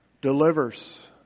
delivers